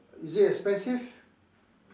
is it expensive